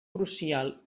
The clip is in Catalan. crucial